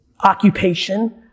occupation